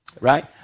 Right